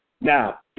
Now